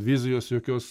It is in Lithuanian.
vizijos jokios